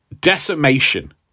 Decimation